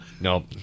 Nope